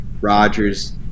Rodgers